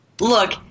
look